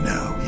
Now